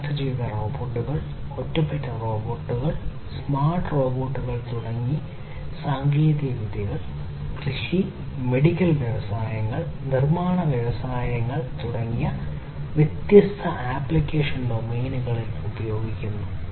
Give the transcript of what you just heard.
കണക്റ്റുചെയ്ത റോബോട്ടുകൾ ഒറ്റപ്പെട്ട റോബോട്ടുകൾ സ്മാർട്ട് റോബോട്ടുകൾ തുടങ്ങിയ സാങ്കേതികവിദ്യകൾ കൃഷി മെഡിക്കൽ വ്യവസായങ്ങൾ നിർമ്മാണ വ്യവസായങ്ങൾ തുടങ്ങിയ വ്യത്യസ്ത ആപ്ലിക്കേഷൻ ഡൊമെയ്നുകളിൽ ഉപയോഗിക്കുന്നു